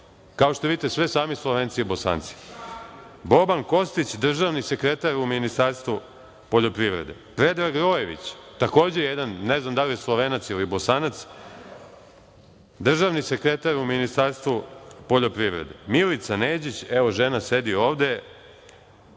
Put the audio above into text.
kao što vidite sve sami Slovenci i Bosanci. Boban Kostić, državni sekretar u Ministarstvo poljoprivrede. Predrag Rojević, takođe jedan, ne znam da li je Slovenac ili Bosanac, državni sekretar u Ministarstvu poljoprivrede. Milica Neđić, evo žena sedi ovde,